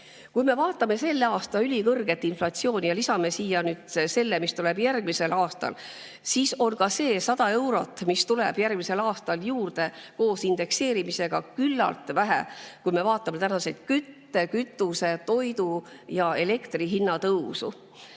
Kui me vaatame selle aasta ülikõrget inflatsiooni ja lisame siia selle, mis tuleb järgmisel aastal, siis on ka see 100 eurot, mis tuleb järgmisel aastal juurde koos indekseerimisega, küllalt vähe, kui me vaatame kütte‑, kütuse‑, toidu‑ ja elektrihindade tõusu.